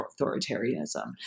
authoritarianism